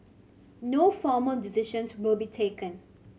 no formal decisions will be taken